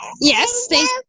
Yes